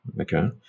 Okay